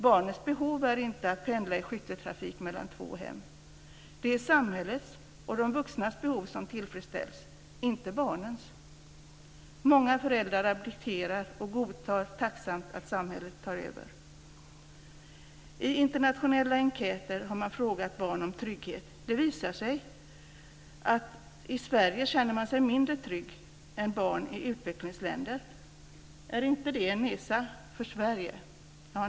Barns behov är inte att pendla i skytteltrafik mellan två hem. Det är samhällets och de vuxnas behov som tillfredsställs, inte barnens. Många föräldrar abdikerar och godtar tacksamt att samhället tar över. I internationella enkäter har man frågat barn om trygghet. Det visar sig att i Sverige känner sig barn mindre trygga än barn i utvecklingsländer. Är inte det en nesa för Sverige?